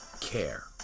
care